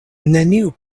neniu